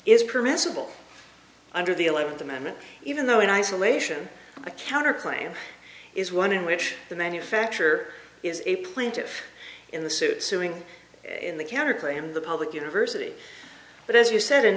is permissible under the eleven amendment even though in isolation a counterclaim is one in which the manufacture is a plaintiff in the suit suing in the counterclaim of the public university but as you said a